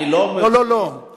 אני לא מבין, לא, לא, לא.